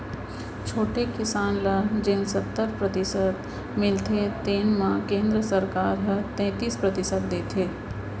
छोटे किसान ल जेन सत्तर परतिसत मिलथे तेन म केंद्र सरकार ह तैतीस परतिसत देथे